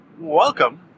Welcome